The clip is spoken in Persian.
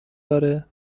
داره